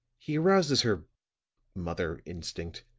he arouses her mother instinct.